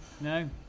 no